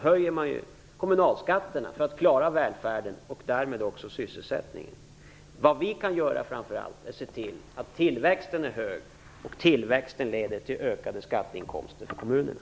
För att kommunerna skall kunna klara välfärden höjs skatterna. Därmed ökar också sysselsättningen. Vi kan framför allt se till att tillväxten är hög. Tillväxten leder till ökade skatteinkomster för kommunerna.